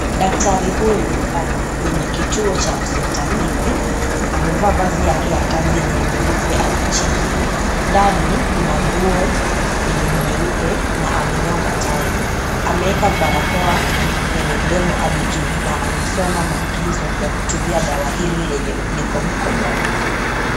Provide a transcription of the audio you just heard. Daktari huyu ako kwenye kituo cha hospitalini. Amevaa vazi yake ya kazini yenye ni nyeupe hadi chini. Ndani kuna nguo yenye ni nyeupe na amenyonga tai. Ameweka barakoa kwenye mdomo hadi juu na anasoma maagizo ya kutumia dawa hili lenye liko mkononi.